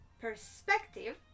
perspective